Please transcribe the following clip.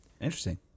Interesting